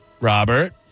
Robert